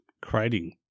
creating